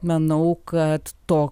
manau kad to